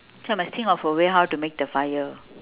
so must think of a way how to make the fire